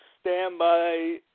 standby